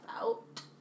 out